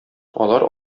алар